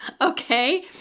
okay